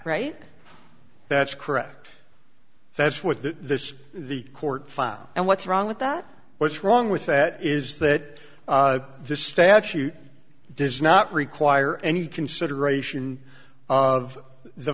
right that's correct that's what the the court found and what's wrong with that what's wrong with that is that the statute does not require any consideration of the